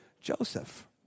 Joseph